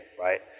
right